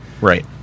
right